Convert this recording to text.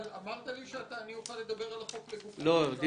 אמרת לי שאני אוכל לדבר על החוק לגופו.